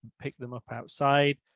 pick them up outside,